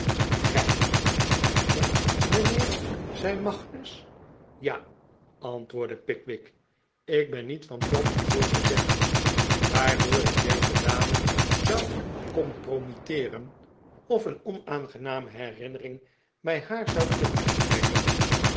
vergij weigert mijnheer zei magnus r ja antwoordde pickwick ik ben niet van plan een woord te zeggen waardoor ik deze dame zou kunnen compromitteeren of een onaangename herinnering bij haar zou kunnen opwekken